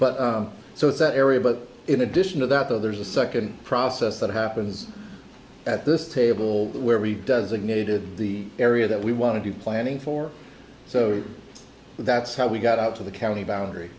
but so is that area but in addition to that there's a second process that happens at this table where we've designated the area that we want to be planning for so that's how we got out to the county boundary